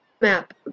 Map